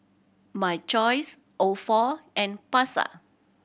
My Choice Ofo and Pasar